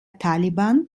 taliban